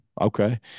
Okay